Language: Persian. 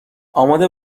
آماده